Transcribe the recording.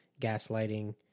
Gaslighting